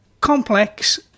complex